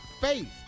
faith